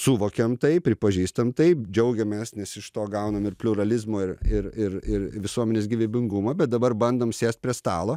suvokiam tai pripažįstam tai džiaugiamės nes iš to gaunam ir pliuralizmo ir ir ir ir visuomenės gyvybingumo bet dabar bandom sėst prie stalo